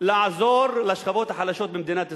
לעזור לשכבות החלשות במדינת ישראל,